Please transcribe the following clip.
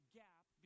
gap